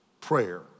prayer